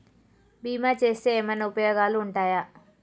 బీమా చేస్తే ఏమన్నా ఉపయోగాలు ఉంటయా?